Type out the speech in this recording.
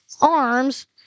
arms